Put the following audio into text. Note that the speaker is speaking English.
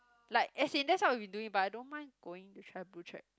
like as in that's what we doing but I don't mind going to try blue track